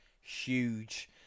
huge